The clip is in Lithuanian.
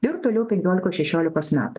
ir toliau penkiolikos šešiolikos metų